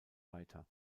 weiter